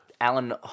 Alan